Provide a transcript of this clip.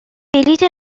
بلیط